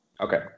Okay